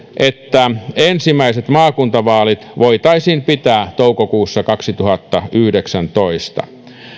että ensimmäiset maakuntavaalit voitaisiin pitää toukokuussa kaksituhattayhdeksäntoista